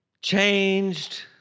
changed